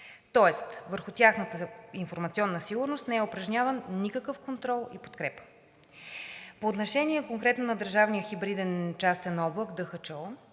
тоест върху тяхната информационна сигурност не е упражняван никакъв контрол и подкрепа. По отношение конкретно на Държавния хибриден частен облак – ДХЧО